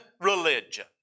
religion